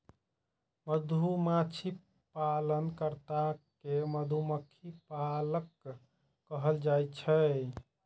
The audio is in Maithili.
मधुमाछी पालन कर्ता कें मधुमक्खी पालक कहल जाइ छै